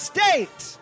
State